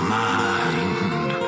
mind